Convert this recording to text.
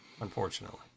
unfortunately